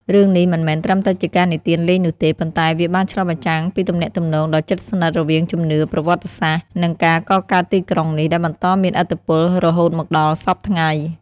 រឿងនេះមិនមែនត្រឹមតែជាការនិទានលេងនោះទេ ប៉ុន្តែវាបានឆ្លុះបញ្ចាំងពីទំនាក់ទំនងដ៏ជិតស្និទ្ធរវាងជំនឿ ប្រវត្តិសាស្ត្រ និងការកកើតទីក្រុងនេះ ដែលបន្តមានឥទ្ធិពលរហូតមកដល់សព្វថ្ងៃ។